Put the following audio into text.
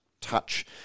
touch